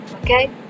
okay